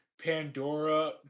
Pandora